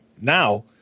now